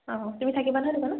অঁ তুমি থাকিবা নহয় দোকানত